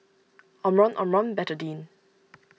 Omron Omron Betadine